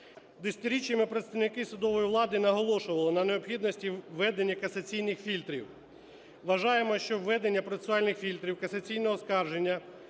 Десятиріччями представники судової влади наголошували на необхідності введення касаційних фільтрів. Вважаємо, що введення процесуальних фільтрів касаційного оскарження